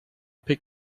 pick